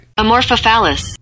amorphophallus